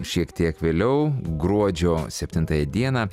šiek tiek vėliau gruodžio septintąją dieną